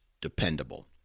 dependable